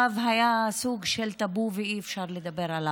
היה סוג של טאבו ולא היה אפשר לדבר עליו.